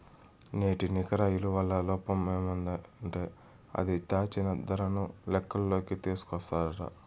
నేటి నికర ఇలువల లోపమేందంటే అది, దాచిన దరను లెక్కల్లోకి తీస్కోదట